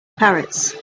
parrots